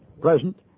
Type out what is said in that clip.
present